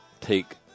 take